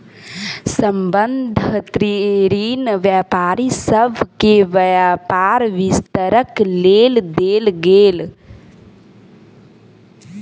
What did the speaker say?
संबंद्ध ऋण व्यापारी सभ के व्यापार विस्तारक लेल देल गेल